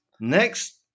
Next